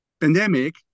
pandemic